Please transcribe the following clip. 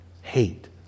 hate